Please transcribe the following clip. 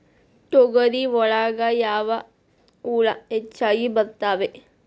ತೊಗರಿ ಒಳಗ ಯಾವ ಹುಳ ಹೆಚ್ಚಾಗಿ ಬರ್ತವೆ?